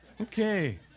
okay